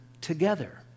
together